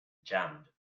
jammed